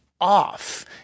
off